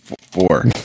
four